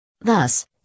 Thus